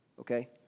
Okay